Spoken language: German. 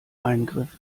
eingriff